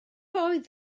oedd